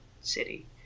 city